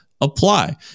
apply